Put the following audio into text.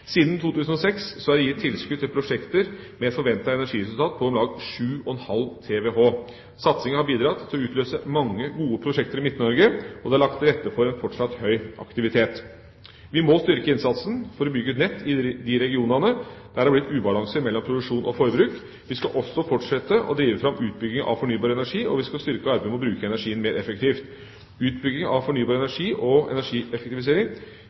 Siden 2006 er det gitt tilskudd til prosjekter med et forventet energiresultat på om lag 7,5 TWh. Satsingen har bidratt til å utløse mange gode prosjekter i Midt-Norge, og det er lagt til rette for en fortsatt høy aktivitet. Vi må styrke innsatsen for å bygge ut nett i de regionene der det er blitt ubalanse mellom produksjon og forbruk. Vi skal også fortsette å drive fram utbyggingen av fornybar energi, og vi skal styrke arbeidet med å bruke energien mer effektivt. Utbyggingen av fornybar energi og energieffektivisering